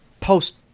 post